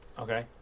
Okay